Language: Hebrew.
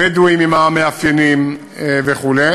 הבדואיים עם המאפיינים וכו'.